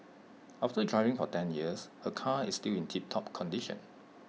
after driving for ten years her car is still in tiptop condition